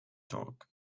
torque